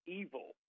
evil